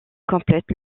complète